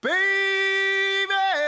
Baby